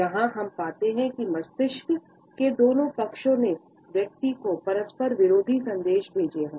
यहाँ हम पाते हैं कि मस्तिष्क के दोनों पक्षों ने व्यक्ति को परस्पर विरोधी संदेश भेजे हैं